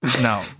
No